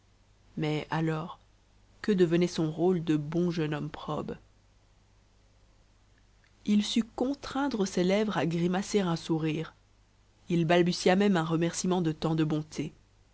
mais alors que devenait son rôle de bon jeune homme probe il sut contraindre ses lèvres à grimacer un sourire il balbutia même un remercîment de tant de bonté